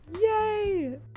Yay